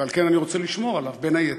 ועל כן אני רוצה לשמור עליו, בין היתר.